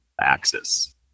axis